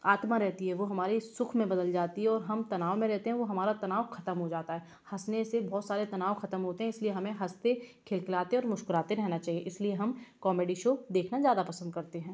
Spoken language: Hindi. आत्मा रहती है वो हमारे सुख में बदल जाती है हम तनाव में रहते हैं वो हमारा तनाव ख़त्म हो जाता है हंसने से बहुत सारा तनाव ख़त्म होते हैं इस लिए हमें हंसते खिलखिलाते मुस्कुराते रहना चाहिए इस लिए हम कॉमेडी शो देखना ज़्यादा पसंद करते हैं